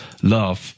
Love